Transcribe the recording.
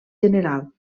general